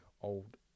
old